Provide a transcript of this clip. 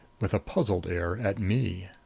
with a puzzled air, at me.